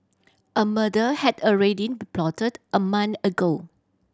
a murder had already been plotted a month ago